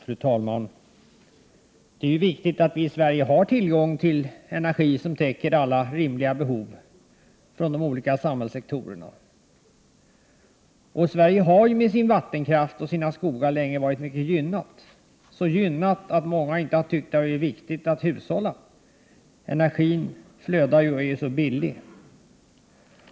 Fru talman! Det är viktigt att vi i Sverige har tillgång till energi som täcker alla rimliga behov inom de olika samhällssektorerna. Sverige har med sin vattenkraft och sina skogar länge varit mycket gynnat, så gynnat att många inte har tyckt att det är viktigt att hushålla. Energin flödar ju och är så billig.